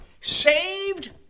saved